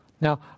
Now